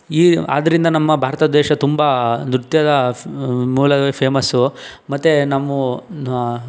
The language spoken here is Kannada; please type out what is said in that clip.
ಈ ಆದ್ದರಿಂದ ನಮ್ಮ ಭಾರತ ದೇಶ ತುಂಬ ನೃತ್ಯದ ಮೂಲದಲ್ಲಿ ಫೇಮಸ್ ಮತ್ತು ನಮ್ಮ